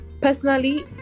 personally